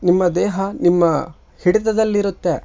ನಿಮ್ಮ ದೇಹ ನಿಮ್ಮ ಹಿಡಿತದಲ್ಲಿರುತ್ತೆ